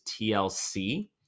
TLC